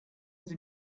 sie